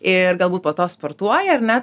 ir galbūt po to sportuoja ar ne